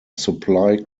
supply